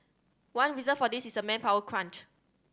one reason for this is a manpower crunch